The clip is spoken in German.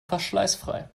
verschleißfrei